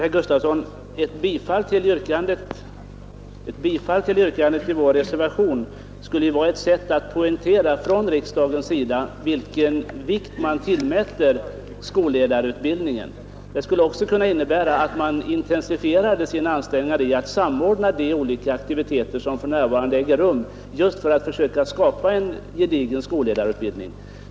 Fru talman! Till herr Gustafsson vill jag säga att ett bifall till yrkandet i vår reservation skulle vara ett sätt att poängtera från riksdagens sida vilken vikt man tillmäter skolledarutbildningen. Det skulle också kunna innebära att man intensifierade sina ansträngningar att samordna de olika aktiviteter som f. n. äger rum för att skapa en gedigen skolledarutbildning.